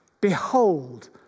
Behold